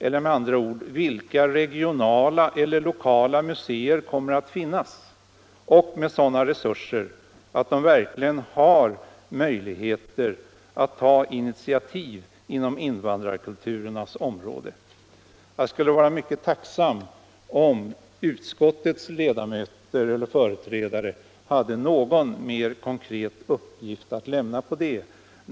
Eller med andra ord: Vilka regionala eller lokala museer kommer att finnas och ha sådana resurser att de verkligen kan ta initiativ inom invandrarkulturernas område? Jag skulle vara mycket tacksam, om utskottets företrädare hade någon mer konkret uppgift att lämna om detta.